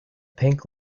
pink